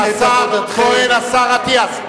חבר הכנסת אטיאס,